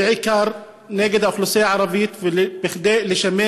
בעיקר נגד האוכלוסייה הערבית וכדי לשמש